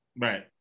Right